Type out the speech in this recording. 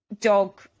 dog